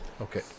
Okay